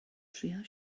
trïa